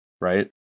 right